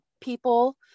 people